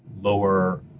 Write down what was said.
lower